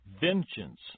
vengeance